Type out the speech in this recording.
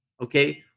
Okay